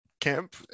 camp